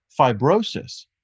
fibrosis